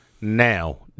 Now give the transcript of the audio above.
Now